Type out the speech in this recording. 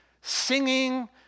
singing